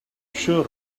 sure